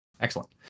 excellent